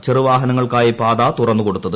കഴിഞ്ഞ ചെറുവാഹനങ്ങൾക്കായി പാത തുറന്നു കൊടുത്തത്